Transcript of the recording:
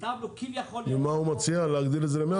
והוא מציע להגדיל את זה ל-100 טון?